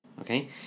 okay